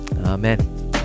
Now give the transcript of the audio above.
Amen